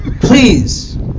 Please